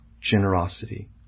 generosity